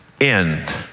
end